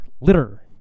litter